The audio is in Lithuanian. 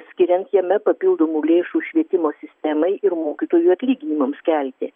skiriant jame papildomų lėšų švietimo sistemai ir mokytojų atlyginimams kelti